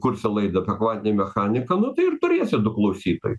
kursi laidą apie mechaniką nu tai ir turėsi du klausytojus